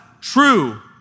True